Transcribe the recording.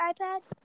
iPad